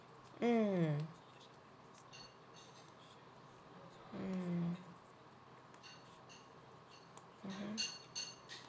mm mm mmhmm